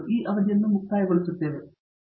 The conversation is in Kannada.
ಧನ್ಯವಾದ